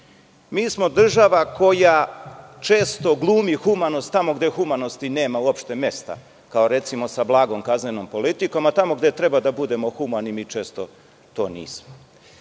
Mi smo država koja često glumi humanost tamo gde humanosti nema uopšte mesta, kao, recimo, sa blagom kaznenom politikom, a tamo gde treba da budemo humani, mi često to nismo. Mi